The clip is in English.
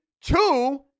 Two